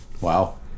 Wow